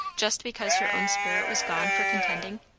just because her own spirit was gone for contending?